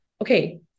Okay